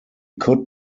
could